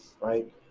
right